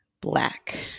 black